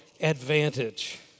advantage